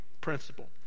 principle